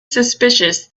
suspicious